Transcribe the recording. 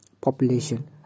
Population